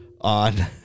on